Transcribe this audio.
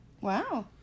Wow